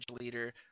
leader